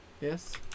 yes